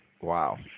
Wow